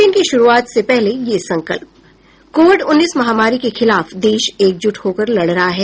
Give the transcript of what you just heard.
bulletin की शुरूआत से पहले ये संकल्प कोविड उन्नीस महामारी के खिलाफ देश एकजुट होकर लड़ रहा है